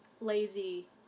lazy